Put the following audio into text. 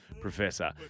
Professor